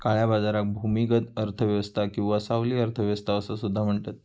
काळ्या बाजाराक भूमिगत अर्थ व्यवस्था किंवा सावली अर्थ व्यवस्था असो सुद्धा म्हणतत